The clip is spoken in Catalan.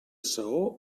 saó